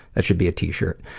that should be a t-shirt.